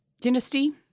Dynasty